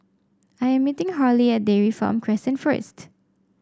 I am meeting Harlie at Dairy Farm Crescent first